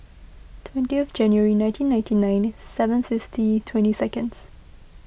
twenty of January nineteen ninety nine seven fifty twenty seconds